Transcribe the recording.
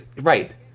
Right